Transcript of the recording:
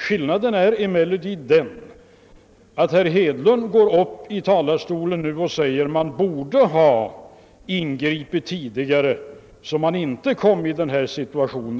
Skillnaden är emellertid den, att herr Hedlund nu går upp i talarstolen och säger, att man borde ha ingripit tidigare för att inte hamna i denna situation,